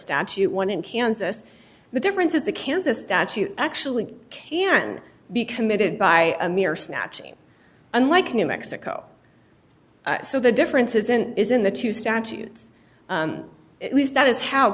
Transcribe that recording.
statute one in kansas the difference is the kansas statute actually can be committed by a mere snatching unlike new mexico so the differences in is in the two statutes at least that is how